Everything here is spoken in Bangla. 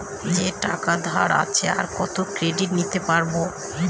যে টাকা ধার আছে, আর কত ক্রেডিট নিতে পারবো?